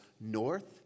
north